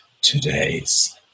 Today's